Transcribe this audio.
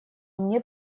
мне